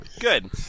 Good